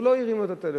והוא לא הרים לו טלפון,